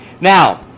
Now